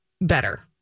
better